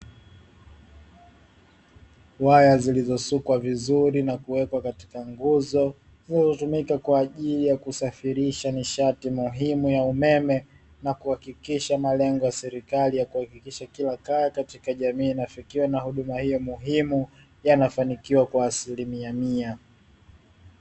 Waya zilizosukwa vizuri na kuwekwa katika nguzo zinazotumika kwa ajili ya kusafirisha nishati muhimu ya umeme, na kuhakikisha malengo ya serikali ya kuhakikisha kila kaya katika jamii inafikiwa na huduma hiyo muhimu yanafanikiwa kwa asilimia mia.